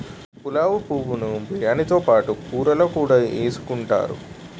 పులావు పువ్వు ను బిర్యానీతో పాటు కూరల్లో కూడా ఎసుకుంతారు